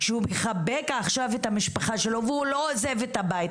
הוא מחבק עכשיו את המשפחה שלו והוא לא עוזב את הבית.